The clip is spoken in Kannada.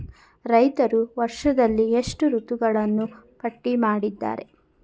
ರೈತರು ವರ್ಷದಲ್ಲಿ ಎಷ್ಟು ಋತುಗಳನ್ನು ಪಟ್ಟಿ ಮಾಡಿದ್ದಾರೆ?